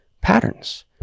patterns